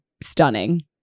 stunning